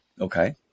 Okay